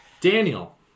daniel